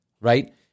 right